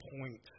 point